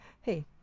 Hey